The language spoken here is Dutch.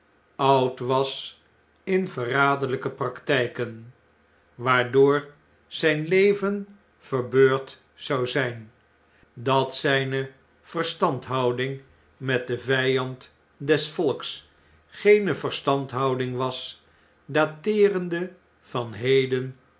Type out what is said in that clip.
oud was in verraderljjke praktjjken waardoor zjjn eene teleubstelling yen verbeurd zou zp dat zpe verstandhouing met den vjjand des volks geene verstandouding was dateerende van heden